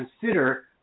consider